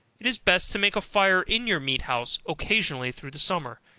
it is best to make a fire in your meat-house occasionally through the summer,